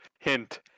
Hint